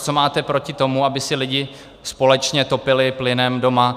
Co máte proti tomu, aby si lidé společně topili plynem doma?